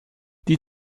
die